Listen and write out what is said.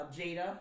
Jada